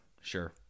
sure